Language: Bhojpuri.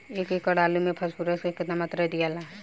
एक एकड़ आलू मे फास्फोरस के केतना मात्रा दियाला?